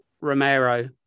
Romero